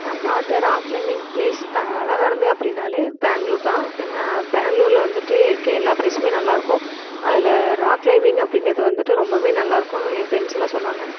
நான் பார்த்த rock climbing place அழகானது அப்படினாலே பேங்களூர் தான் ஏன்னால் பேங்களூரில் வந்துட்டு இருக்கற எல்லா பிளேஸுமே நல்லா இருக்கும் அதில் ராக் கிளைமிங் அப்படிங்கிறது வந்துட்டு ரொம்பவுமே நல்லா இருக்கும்னு என் ஃபரெண்ட்ஸ் எல்லாம் சொன்னாங்க